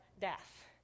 death